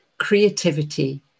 creativity